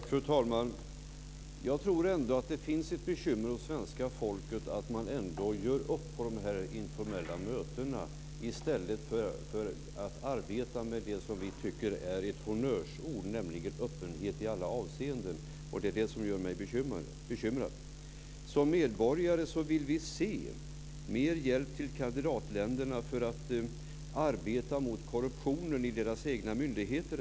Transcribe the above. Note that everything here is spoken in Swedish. Fru talman! Jag tror ändå att det finns ett bekymmer hos svenska folket för att man gör upp på de informella mötena i stället för att arbeta med det som vi tycker är ett honnörsord, nämligen öppenhet i alla avseenden. Det är det som gör mig bekymrad. Som medborgare vill vi se mer hjälp till kandidatländerna för att exempelvis arbeta mot korruptionen i deras egna myndigheter.